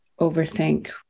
overthink